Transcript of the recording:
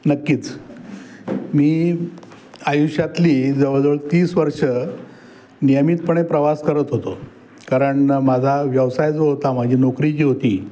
नक्कीच मी आयुष्यातली जवळजवळ तीस वर्षं नियमितपणे प्रवास करत होतो कारण माझा व्यवसाय जो होता माझी नोकरी जी होती